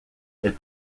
elles